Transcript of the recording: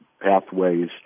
pathways